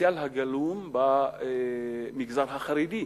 הפוטנציאל הגלום במגזר החרדי.